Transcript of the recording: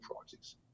projects